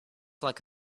like